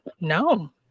No